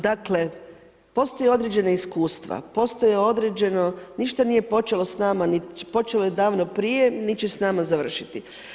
Dakle postoje određena iskustva, postoje određeno ništa nije počelo s nama, počelo je davno prije niti će s nama završiti.